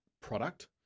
product